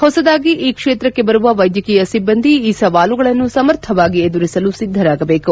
ಹೊಸದಾಗಿ ಈ ಕ್ಷೇತ್ರಕ್ಕೆ ಬರುವ ವೈದ್ಯಕೀಯ ಸಿಬ್ಬಂದಿ ಈ ಸವಾಲುಗಳನ್ನು ಸಮರ್ಥವಾಗಿ ಎದುರಿಸಲು ಸಿದ್ಧರಾಗಬೇಕು